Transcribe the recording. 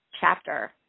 chapter